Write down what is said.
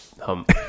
hump